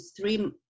three